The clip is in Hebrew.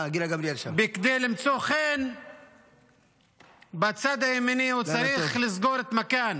כדי למצוא חן בצד הימני הוא צריך לסגור את "מכאן".